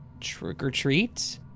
trick-or-treat